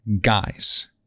guys